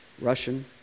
Russian